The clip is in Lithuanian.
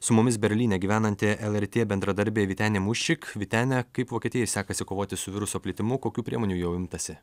su mumis berlyne gyvenanti lrt bendradarbė vytenė muščik vytene kaip vokietijai sekasi kovoti su viruso plitimu kokių priemonių jau imtasi